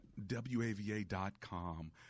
WAVA.com